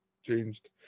changed